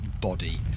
body